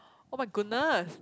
oh my goodness